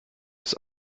ist